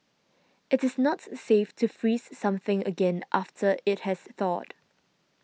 it is not safe to freeze something again after it has thawed